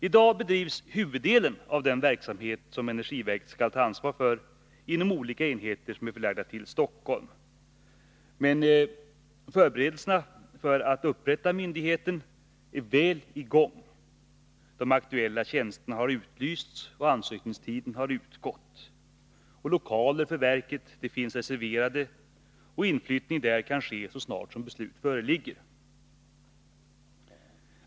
I dag bedrivs huvuddelen av den verksamhet som energiverket skall ta ansvar för inom olika enheter, förlagda till Stockholm. Men förberedelserna för att upprätta myndigheterna är väl i gång. De aktuella tjänsterna har utlysts, och ansökningstiden har utgått. Lokaler för verksamheten finns reserverade, och inflyttning kan ske så snart som beslut föreligger.